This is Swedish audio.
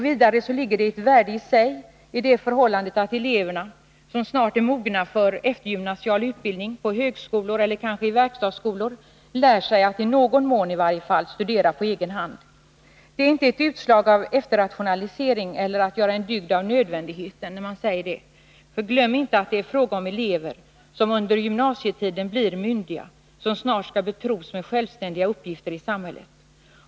Vidare ligger det ett värde i sig i det förhållandet att eleverna, som snart är mogna för eftergymnasial utbildning på högskolor eller kanske i verkstadsskolor, lär sig att i varje fall i någon mån studera på egen hand. Det är inte en efterrationalisering eller ett försök att göra en dygd av nödvändigheten när jag säger det. Glöm inte att det är fråga om elever som under gymnasietiden blir myndiga, som snart skall betros med självständiga uppgifter i samhället.